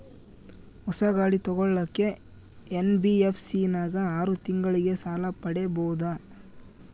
ಹೊಸ ಗಾಡಿ ತೋಗೊಳಕ್ಕೆ ಎನ್.ಬಿ.ಎಫ್.ಸಿ ನಾಗ ಆರು ತಿಂಗಳಿಗೆ ಸಾಲ ಪಡೇಬೋದ?